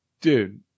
Dude